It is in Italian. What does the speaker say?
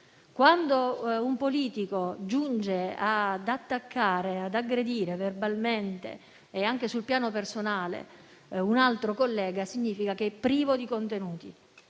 Quando un politico giunge invece ad attaccare e ad aggredire verbalmente, anche sul piano personale, un altro collega, significa che è privo di contenuti.